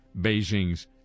Beijing's